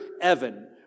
Evan